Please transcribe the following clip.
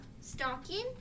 stocking